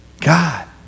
God